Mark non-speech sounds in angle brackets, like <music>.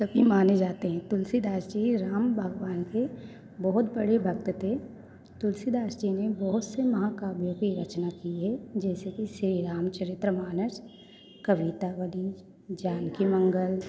कवि माने जाते हैं तुलसी दास जी राम भगवान के बहुत बड़े भक्त थे तुलसी दास जी ने बहुत से महाकाव्यों पर रचना की है जैसेकि श्री रामचरित्रमानस कविता <unintelligible> जानकी मंगल